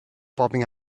bobbing